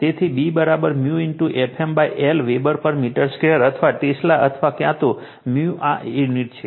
તેથી B 𝜇 Fm l weber per metre square અથવા tesla અથવા ક્યાં તો 𝜇 આ યુનિટ છે